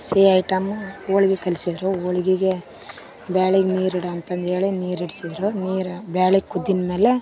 ಸಿಹಿ ಐಟಮ್ಮು ಹೋಳ್ಗಿ ಕಲಿಸಿದ್ರು ಹೋಳ್ಗಿಗೆ ಬೇಳೆಗ್ ನೀರಿಡು ಅಂತಂದೇಳಿ ನೀರು ಇಡ್ಸಿದ್ರು ನೀರು ಬೇಳೆ ಕುದ್ದಿನ ಮೇಲೆ